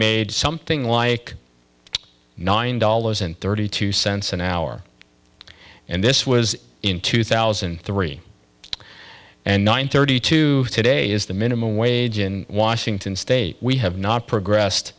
made something like nine dollars and thirty two cents an hour and this was in two thousand and three and nine thirty two today is the minimum wage in washington state we have not progressed